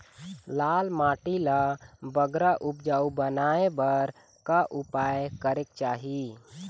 लाल माटी ला बगरा उपजाऊ बनाए बर का उपाय करेक चाही?